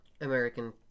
American